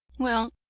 well,